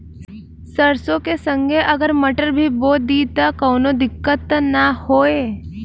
सरसो के संगे अगर मटर भी बो दी त कवनो दिक्कत त ना होय?